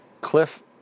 Cliff